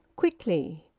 quickly,